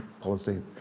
policy